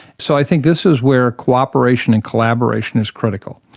so i think this is where co-operation and collaboration is critical.